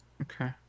okay